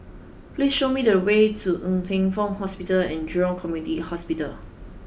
please show me the way to Ng Teng Fong Hospital and Jurong Community Hospital